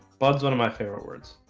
buds one of my favorite words